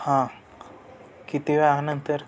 हां किती वेळानंतर